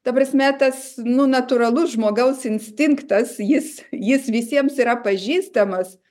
ta prasme tas nu natūralus žmogaus instinktas jis jis visiems yra pažįstamas